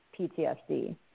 PTSD